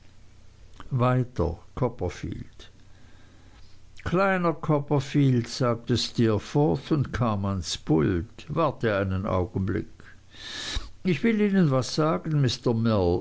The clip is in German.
copperfield kleiner copperfield sagte steerforth und kam ans pult warte einen augenblick ich will ihnen was sagen